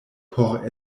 por